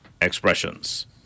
expressions